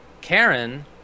Karen